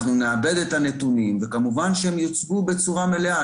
אנחנו נעבד את הנתונים וכמובן שהם יוצגו בצורה מלאה.